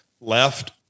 left